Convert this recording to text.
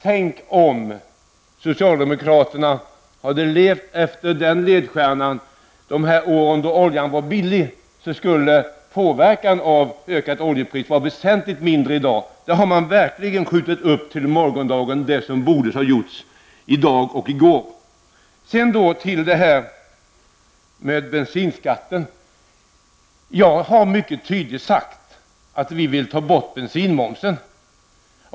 Tänk om socialdemokraterna hade levt efter denna ledstjärna de år då oljan var billig! Då skulle effekten av ökade oljepriser ha varit väsentligt mindre i dag. Man har verkligen skjutit upp till morgondagen det som borde ha gjorts i dag eller i går. Sedan till bensinskatten. Jag har mycket tydligt sagt att vi vill ta bort bensinmomsen.